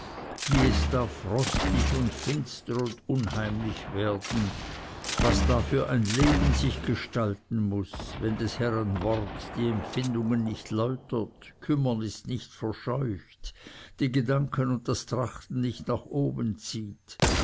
wie es da frostig und finster und unheimlich werden was da für ein leben sich gestalten muß wenn des herren wort die empfindungen nicht läutert kümmernis nicht verscheucht die gedanken und das trachten nicht nach oben zieht